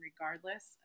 regardless